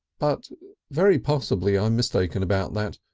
but very possibly i am mistaken about that.